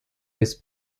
his